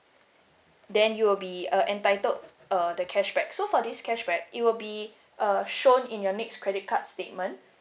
then you will be uh entitled uh the cashback so for this cashback it will be uh shown in your next credit card statement